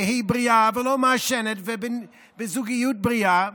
והיא בריאה ולא מעשנת ובזוגיות בריאה,